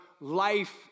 life